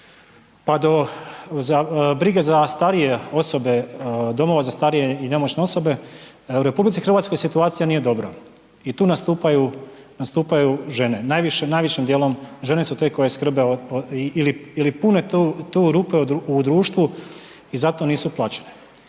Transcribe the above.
pa do brige za starije osobe, domova za starije i nemoćne osobe, u RH situacija nije dobra i tu nastupaju žene, najvišim dijelom žene su te koje skrbe ili pune tu rupe u društvu i zato nisu plaćene.